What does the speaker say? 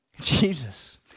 Jesus